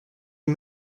you